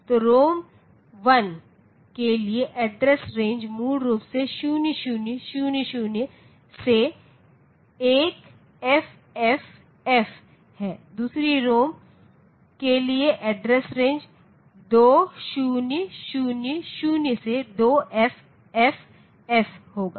तो रोम1 के लिए एड्रेस रेंज मूल रूप से 0000 से 1FFF है दूसरी रोम के लिए एड्रेस रेंज 2000 से 2FFF होगा